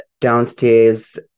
downstairs